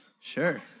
Sure